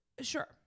sure